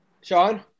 Sean